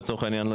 לצורך העניין,